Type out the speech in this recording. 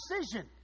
decision